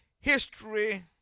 history